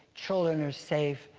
children are safe.